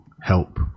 help